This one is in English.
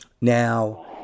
Now